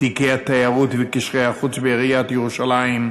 תיקי התיירות וקשרי החוץ בעיריית ירושלים,